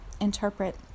interpret